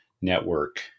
network